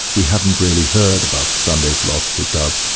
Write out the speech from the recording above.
we haven't really heard about the sunday philosophy club,